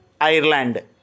Ireland